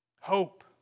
Hope